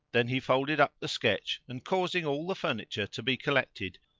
then he folded up the sketch and, causing all the furniture to be collected,